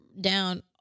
down